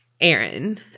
Aaron